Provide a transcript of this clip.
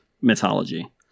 mythology